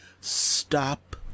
Stop